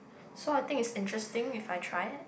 so I think it's interesting if I try it